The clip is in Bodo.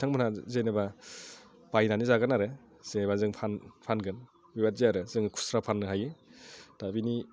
बिथांमोना जेनेबा बायनानै जागोन आरो जेनेबा जों फानगोन बेबायदि आरो जों खुस्रा फाननो हायो दा बिनि